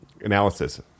Analysis